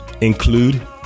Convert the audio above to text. include